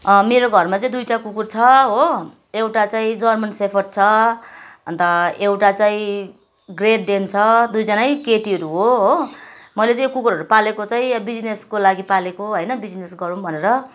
अँ मेरो घरमा चाहिँ दुईवटा कुकुर छ हो एउटा चाहिँ जर्मन सेफर्ड छ अन्त एउटा चाहिँ ग्रेट डेन छ दुईजनै केटीहरू हो हो मैले चाहिँ यो कुकुरहरू पालेको चाहिँ बिजनेसको लागि पालेको होइन बिजनेस गरौँ भनेर